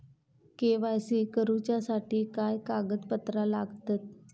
KYC करूच्यासाठी काय कागदपत्रा लागतत?